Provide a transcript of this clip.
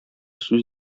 сүз